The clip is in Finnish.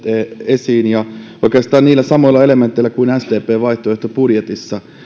esiin ja oikeastaan niillä samoilla elementeillä kuin sdp vaihtoehtobudjetissa